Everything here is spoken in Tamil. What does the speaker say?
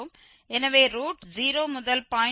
எனவே ரூட் 0 முதல் 0